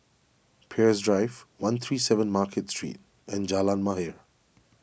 Peirce Drive one three seven Market Street and Jalan Mahir